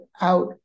out